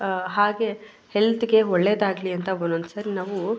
ಹಾಗೇ ಹೆಲ್ತಿಗೆ ಒಳ್ಳೆಯದಾಗ್ಲಿ ಅಂತ ಒನ್ನೊಂದುಸರಿ ನಾವು